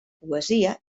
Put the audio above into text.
poesia